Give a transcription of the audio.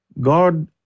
God